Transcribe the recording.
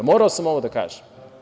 Morao sam ovo da kažem.